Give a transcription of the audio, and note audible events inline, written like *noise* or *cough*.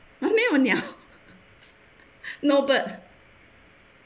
!huh! 没有鸟 *laughs* no bird